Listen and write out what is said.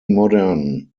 modern